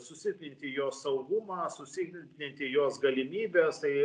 susilpninti jos saugumą susilpninti jos galimybes tai